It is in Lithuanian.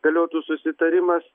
galiotų susitarimas